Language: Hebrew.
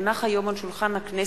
כי הונחו היום על שולחן הכנסת,